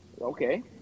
okay